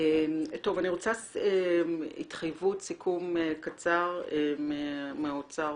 אני רוצה לשמוע התחייבות וסיכום קצר מהאוצר